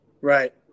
right